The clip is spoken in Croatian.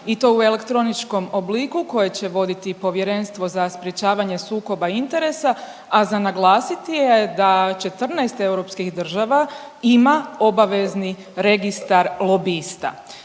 i to u elektroničkom obliku koje će voditi Povjerenstvo za sprječavanje sukoba interesa, a za naglasiti je da 14 europskih država ima obavezni registar lobista.